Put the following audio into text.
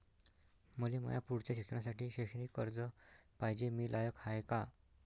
मले माया पुढच्या शिक्षणासाठी शैक्षणिक कर्ज पायजे, मी लायक हाय का?